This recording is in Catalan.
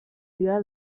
dia